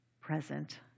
present